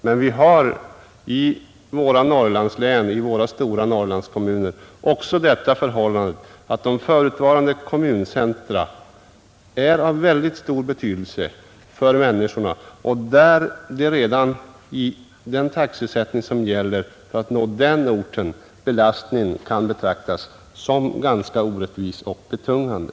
Men vi har i våra stora Norrlandskommuner det förhållandet att de förutvarande kommuncentra är av väldigt stor betydelse för människorna. Därför kan redan den taxesättning som gäller för att nå den orten betraktas som ganska orättvis och betungande.